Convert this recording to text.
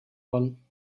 one